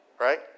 Right